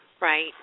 Right